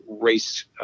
race